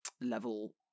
level